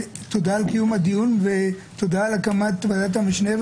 תודה על קיום הדיון ותודה על הקמת ועדת המשנה,